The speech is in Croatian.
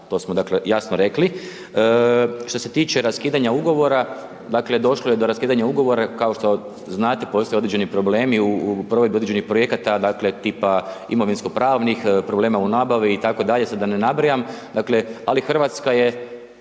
dakle jasno rekli. Što se tiče raskidanja ugovora, dakle došlo je do raskidanja ugovora, kao što znate postoje određeni problemi u provedbi određenih projekata, dakle tipa imovinsko pravnih, problema u nabavi itd., sada da ne nabrajam,